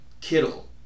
Kittle